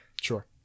Sure